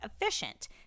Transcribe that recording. efficient